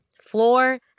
floor